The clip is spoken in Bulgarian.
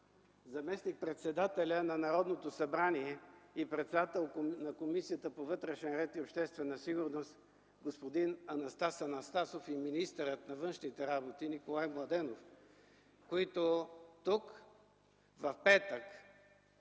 заместник-председателя на Народното събрание и председател на Комисията по вътрешна сигурност и обществен ред господин Анастас Анастасов и министъра на външните работи Николай Младенов, които тук в петък